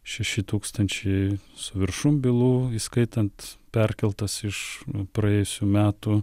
šeši tūkstančiai su viršum bylų įskaitant perkeltas iš praėjusių metų